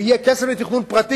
ויהיה כסף לתכנון פרטי,